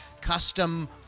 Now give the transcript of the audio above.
custom